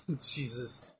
Jesus